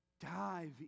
dive